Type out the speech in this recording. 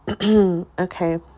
okay